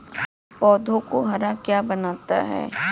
पौधों को हरा क्या बनाता है?